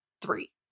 three